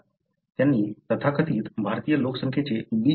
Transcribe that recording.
आता त्यांनी तथाकथित भारतीय लोकसंख्येचे बीजकरण केले